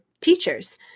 teachers